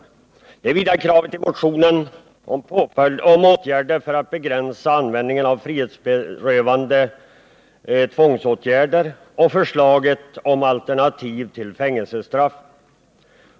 Vidare behandlas kravet i motionen på åtgärder för att begränsa användningen av frihetsberövande tvångsåtgärder och förslaget om alternativ till fängelsestraffen.